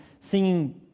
singing